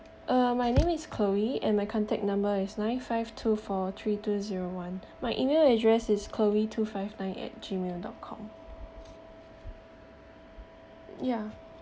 uh my name is chloe and my contact number is nine five two four three two zero one my email address is chloe two five nine at Gmail dot com ya